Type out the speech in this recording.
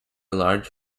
large